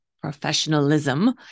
professionalism